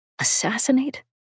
assassinate